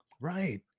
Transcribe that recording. Right